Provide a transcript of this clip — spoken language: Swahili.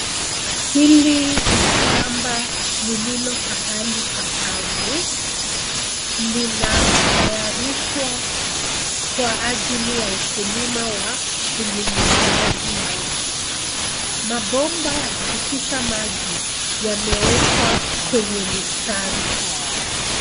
Hili ni shamba lililo pahali pakavu. Linatayarishwa kwa ajili ya ukulima wa unyunyiziaji maji. Mabomba ya kupitisha maji yamewekwa kwenye mistari.